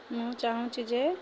ମୁଁ ଚାହୁଁଛି ଯେ